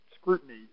scrutiny